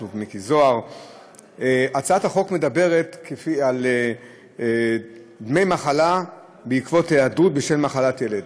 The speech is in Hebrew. אנחנו עוברים להצעת חוק דמי מחלה (היעדרות בשל מחלת ילד)